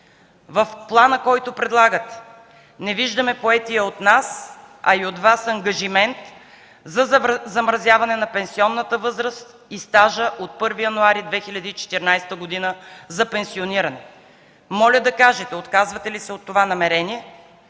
В плана, който предлагате, не виждаме поетия от нас, а и от Вас ангажимент за замразяване на пенсионната възраст и стажа от 1 януари 2014 г. – за пенсиониране. Моля да кажете: отказвате ли се от това намерение